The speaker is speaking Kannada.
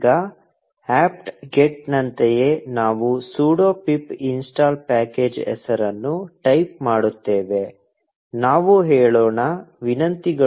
ಈಗ apt get ನಂತೆಯೇ ನಾವು sudo pip install ಪ್ಯಾಕೇಜ್ ಹೆಸರನ್ನು ಟೈಪ್ ಮಾಡುತ್ತೇವೆ ನಾವು ಹೇಳೋಣ ವಿನಂತಿಗಳು